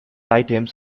items